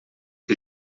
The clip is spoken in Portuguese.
que